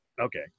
okay